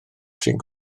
trin